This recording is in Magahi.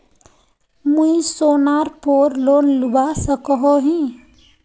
मुई सोनार पोर लोन लुबा सकोहो ही?